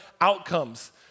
outcomes